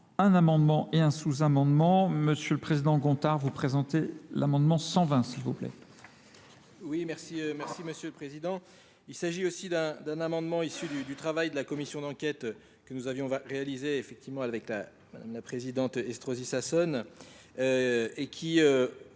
un amendement et un sous-amendement. Monsieur le Président Gontard, vous présentez l'amendement 120, s'il vous plaît. Oui, merci monsieur le Président. Il s'agit aussi d'un amendement issu du travail de la commission d'enquête que nous avions réalisé effectivement avec la présidente Estrosi Sassone et qui